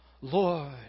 Lord